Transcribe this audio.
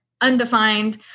undefined